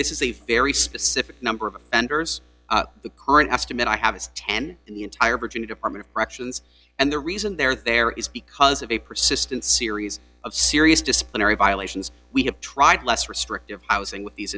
this is a very specific number of offenders the current estimate i have is ten in the entire virginia department of corrections and the reason they're there is because of a persistent series of serious disciplinary violations we have tried less restrictive housing with these